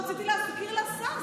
רציתי להזכיר לשר.